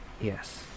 Yes